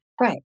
Right